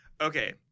Okay